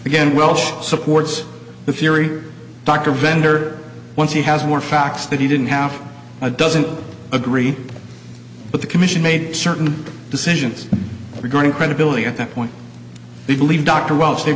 again welch supports the theory dr venter once he has more facts that he didn't have a doesn't agree but the commission made certain decisions regarding credibility at that point they believe dr wel